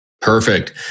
Perfect